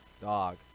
Dog